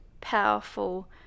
powerful